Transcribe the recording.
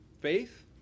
faith